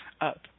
up